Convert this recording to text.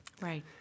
Right